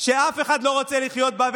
שאף אחד לא רוצה לחיות בה.